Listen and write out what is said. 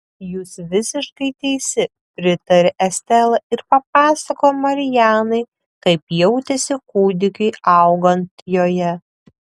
jūs visiškai teisi pritarė estela ir papasakojo marianai kaip jautėsi kūdikiui augant joje